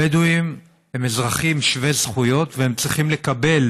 הבדואים הם אזרחים שווי זכויות, והם צריכים לקבל